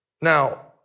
Now